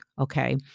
Okay